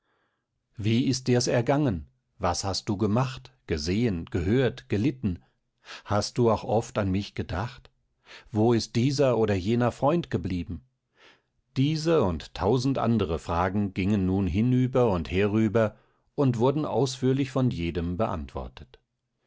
wie ist dir's ergangen was hast du gemacht gesehen gehört gelitten hast du auch oft an mich gedacht wo ist dieser oder jener freund geblieben diese und tausend andere fragen gingen nun hinüber und herüber und wurden ausführlich von jedem beantwortet